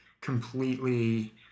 completely